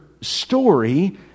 story